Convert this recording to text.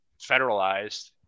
federalized